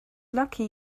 lucky